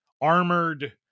armored